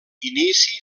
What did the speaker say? inici